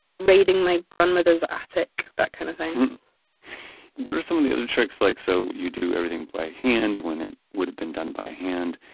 raiding my grandmother's attic, that kind of thing what are some of the other tricks? like, so you do everything by hand when it would have been done by hand.